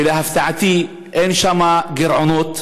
ולהפתעתי אין שם גירעונות,